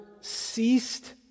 ceased